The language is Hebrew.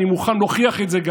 אני מוכן גם להוכיח את זה.